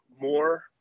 more